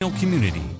community